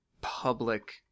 public